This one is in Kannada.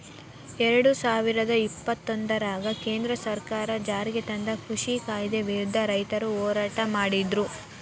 ಎರಡುಸಾವಿರದ ಇಪ್ಪತ್ತೊಂದರಾಗ ಕೇಂದ್ರ ಸರ್ಕಾರ ಜಾರಿಗೆತಂದ ಕೃಷಿ ಕಾಯ್ದೆ ವಿರುದ್ಧ ರೈತರು ಹೋರಾಟ ಮಾಡಿದ್ರು